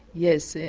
yes.